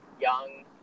young